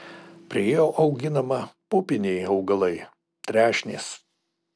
prie jo auginama pupiniai augalai trešnės